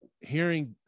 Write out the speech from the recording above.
hearing